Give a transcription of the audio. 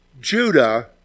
Judah